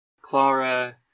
Clara